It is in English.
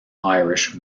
irish